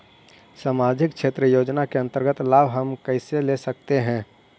समाजिक क्षेत्र योजना के अंतर्गत लाभ हम कैसे ले सकतें हैं?